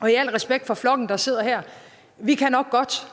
og med al respekt for flokken, der sidder her: Vi kan nok godt.